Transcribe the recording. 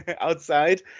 outside